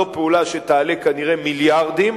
זאת פעולה שתעלה כנראה מיליארדים,